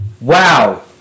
Wow